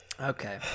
Okay